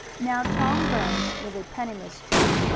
now tom burns was a penniless tramp,